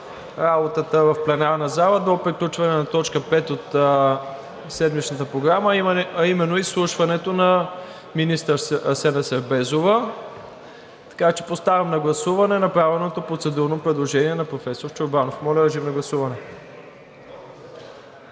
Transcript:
работата в пленарната зала до приключване на точка пета от седмичната програма, а именно изслушването на министър Асена Сербезова. Поставям на гласуване направеното процедурно предложение на професор Чорбанов. Гласували